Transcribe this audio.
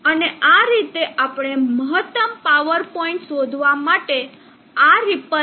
અને આ રીતે આપણે મહત્તમ પાવર પોઇન્ટ શોધવા માટે આ રીપલ ને વાપરવાનો પ્રયત્ન કરીશું